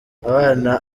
abana